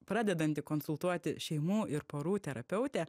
pradedanti konsultuoti šeimų ir porų terapeutė